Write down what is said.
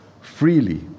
freely